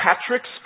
Patrick's